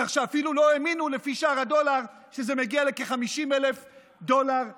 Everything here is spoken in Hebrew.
כך שאפילו לא האמינו שלפי שער הדולר זה מגיע לכ-50,000 דולר לנפש.